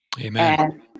Amen